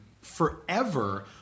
Forever